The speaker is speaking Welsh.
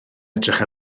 edrych